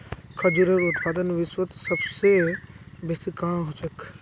खजूरेर उत्पादन विश्वत सबस बेसी कुहाँ ह छेक